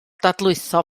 dadlwytho